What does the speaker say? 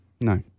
No